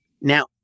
Now